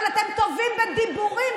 אבל אתם טובים בדיבורים,